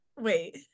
wait